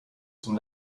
zum